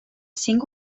cinc